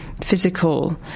physical